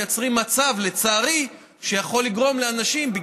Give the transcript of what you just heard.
מייצרים מצב שיכול לגרום לאנשים לעבור על החוק,